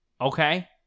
Okay